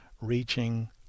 reaching